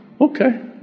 Okay